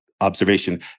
observation